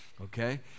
Okay